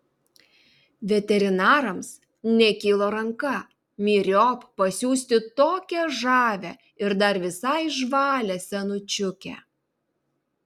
veterinarams nekilo ranką myriop pasiųsti tokią žavią ir dar visai žvalią senučiukę